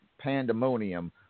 Pandemonium